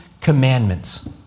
commandments